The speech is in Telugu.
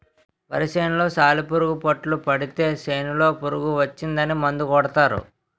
వరి సేనులో సాలిపురుగు పట్టులు పడితే సేనులో పురుగు వచ్చిందని మందు కొడతారు